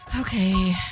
Okay